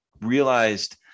realized